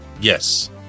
Yes